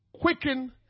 quicken